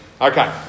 Okay